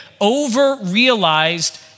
over-realized